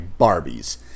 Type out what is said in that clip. Barbies